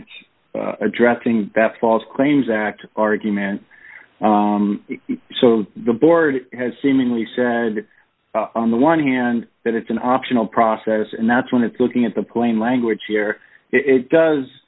it's addressing that false claims act argument the board has seemingly said on the one hand that it's an optional process and that's when it's looking at the plain language here it does